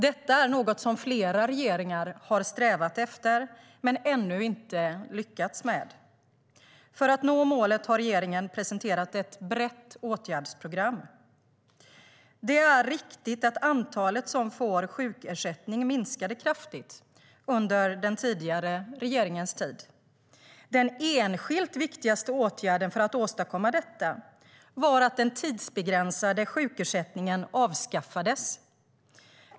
Detta är något som flera regeringar har strävat efter men ännu inte lyckats med. För att nå målet har regeringen presenterat ett brett åtgärdsprogram. Det är riktigt att antalet som får sjukersättning minskade kraftigt under den tidigare regeringens tid. Den enskilt viktigaste åtgärden för att åstadkomma detta var att den tidsbegränsade sjukersättningen avskaffades.